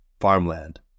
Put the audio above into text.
farmland